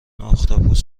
اختاپوس